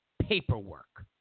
paperwork